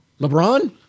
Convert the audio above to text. LeBron